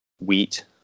wheat